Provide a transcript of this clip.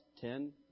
Ten